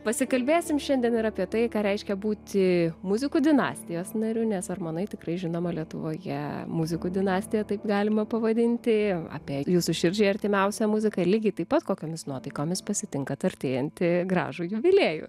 pasikalbėsime šiandien ir apie tai ką reiškia būti muzikų dinastijos nariu nes armonai tikrai žinoma lietuvoje muzikų dinastija taip galima pavadinti apie jūsų širdžiai artimiausia muzika ir lygiai taip pat kokiomis nuotaikomis pasitinkate artėjantį gražų jubiliejų